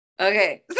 Okay